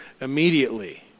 immediately